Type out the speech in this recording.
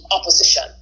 opposition